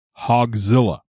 Hogzilla